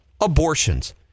abortions